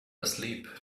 asleep